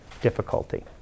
difficulty